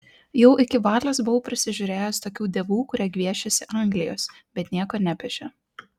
jau iki valios buvau prisižiūrėjęs tokių dievų kurie gviešėsi anglijos bet nieko nepešė